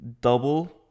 double